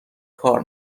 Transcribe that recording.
کار